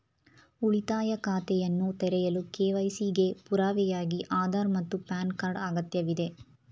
ಉಳಿತಾಯ ಖಾತೆಯನ್ನು ತೆರೆಯಲು ಕೆ.ವೈ.ಸಿ ಗೆ ಪುರಾವೆಯಾಗಿ ಆಧಾರ್ ಮತ್ತು ಪ್ಯಾನ್ ಕಾರ್ಡ್ ಅಗತ್ಯವಿದೆ